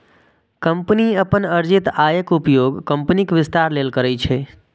company अपन अर्जित आयक उपयोग कंपनीक विस्तार लेल करै छै